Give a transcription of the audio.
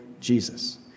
Jesus